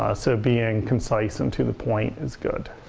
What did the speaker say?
ah so being concise and to the point is good.